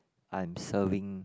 I'm serving